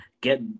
get